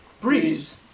Breeze